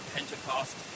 Pentecost